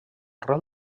rol